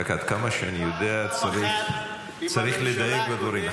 עד כמה שאני יודע, צריך לדייק בדברים.